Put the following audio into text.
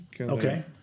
Okay